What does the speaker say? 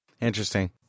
Interesting